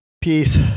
peace